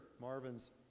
Marvin's